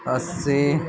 अस्सी